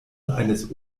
eines